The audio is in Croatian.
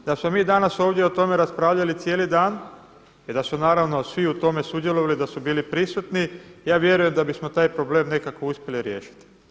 Da smo mi danas ovdje o tome raspravljali cijeli dan i da su naravno svi u tome sudjelovali, da su bili prisutni ja vjerujem da bismo taj problem nekako uspjeli riješiti.